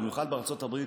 במיוחד בארצות הברית,